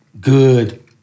good